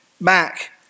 back